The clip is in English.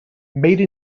made